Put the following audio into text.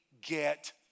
get